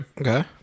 Okay